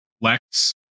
Lex